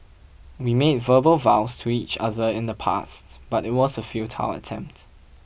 we made verbal vows to each other in the past but it was a futile attempt